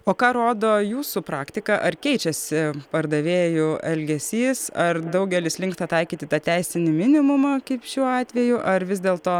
o ką rodo jūsų praktika ar keičiasi pardavėjų elgesys ar daugelis linksta taikyti tą teisinį minimumą kaip šiuo atveju ar vis dėlto na